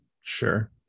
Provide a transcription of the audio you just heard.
Sure